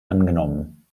angenommen